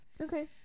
Okay